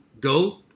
go